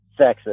sexist